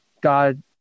God